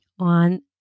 on